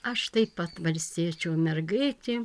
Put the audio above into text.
aš taip pat valstiečių mergaitė